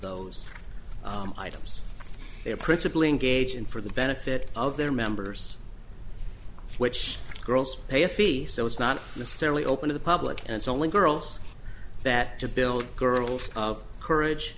are principally engaged in for the benefit of their members which girls pay a fee so it's not necessarily open to the public and it's only girls that to build girls of courage